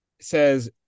says